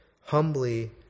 humbly